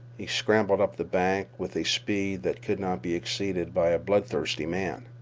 he scrambled up the bank with a speed that could not be exceeded by a bloodthirsty man.